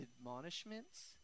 admonishments